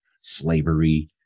slavery